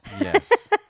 Yes